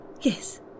Yes